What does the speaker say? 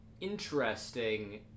interesting